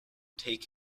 take